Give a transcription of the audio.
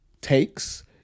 takes